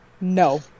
no